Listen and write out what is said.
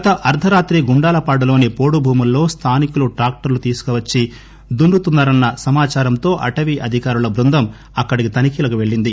గత అర్ల రాత్రి గుండాలపాడులోని పొడుభూముల్లో స్థానికులు ట్రాక్టర్లు తీసుకువచ్చి దున్నుతున్నారన్న సమాచారంతో అటవీ అధికారుల బృందం అక్కడకి తనిఖీలకు పెళ్లింది